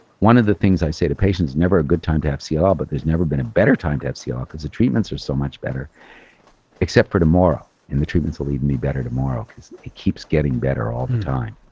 one of the things i say to patients, never a good time to have cll ah but there's never been a better time to have cll ah because the treatments are so much better except for tomorrow and the treatments will leave me better tomorrow because it keeps getting better all the time.